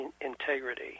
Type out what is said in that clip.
integrity